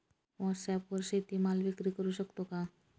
व्हॉटसॲपवर शेती माल विक्री करु शकतो का?